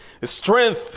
Strength